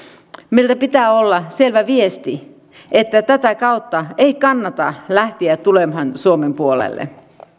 meillä pitää olla selvä viesti että tätä kautta ei kannata lähteä tulemaan suomen puolelle